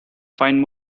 find